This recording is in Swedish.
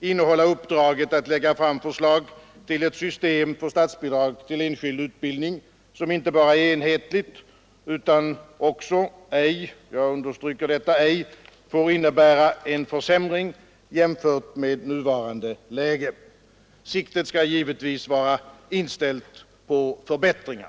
innehålla uppdraget att lägga fram förslag till ett system för statsbidrag till enskild utbildning som inte bara är enhetligt utan också ej får innebära en försämring jämfört med nuvarande läge. Siktet skall givetvis vara inställt på förbättringar.